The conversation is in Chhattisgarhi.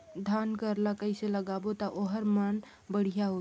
धान कर ला कइसे लगाबो ता ओहार मान बेडिया होही?